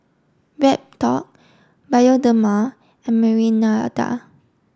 BreadTalk Bioderma and